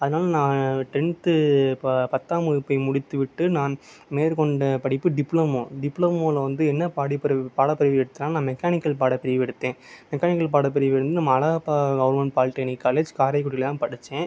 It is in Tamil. அதனால் நான் டென்த் ப பத்தாம் வகுப்பை முடித்துவிட்டு நான் மேற்கொண்ட படிப்பு டிப்ளமோ டிப்ளமோவில் வந்து என்ன பாடப்பரிவு பாடப்பிரிவு எடுத்தன் நான் மெக்கானிக்கல் பாடப்பிரிவு எடுத்தேன் மெக்கானிக்கல் பாடப்பிரிவில் வந்து நம்ம அழகப்பா கவர்மெண்ட் பாலிடெக்னிக் காலேஜ் காரைக்குடியில் தான் படிச்சேன்